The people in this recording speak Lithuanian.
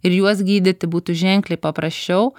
ir juos gydyti būtų ženkliai paprasčiau